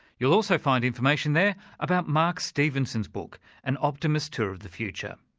you'll also find information there about mark stevenson's book an optimist's tour of the future.